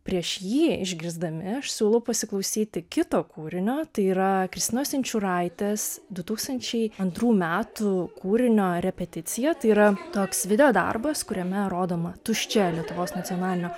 prieš jį išgirsdami aš siūlau pasiklausyti kito kūrinio tai yra kristinos inčiūraitės du tūkstančiai antrų metų kūrinio repeticija tai yra toks videodarbas kuriame rodoma tuščia lietuvos nacionalinio